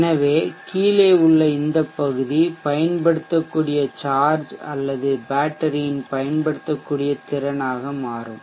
எனவே கீழே உள்ள இந்த பகுதி பயன்படுத்தக்கூடிய சார்ஜ் அல்லது பேட்டரியின் பயன்படுத்தக்கூடிய திறன் ஆக மாறும்